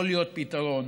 יכול להיות פתרון